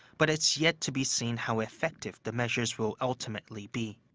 but it's yet to be seen how effective the measures will ultimately be.